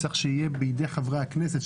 צריך שיהיה בידי חברי הכנסת,